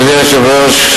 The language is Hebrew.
אדוני היושב-ראש,